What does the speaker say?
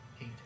eight